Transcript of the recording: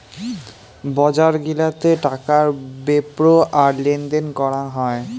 বজার গিলাতে টাকার বেপ্র আর লেনদেন করাং হই